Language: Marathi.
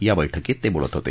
या बैठकीत ते बोलत होते